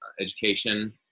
education